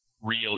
real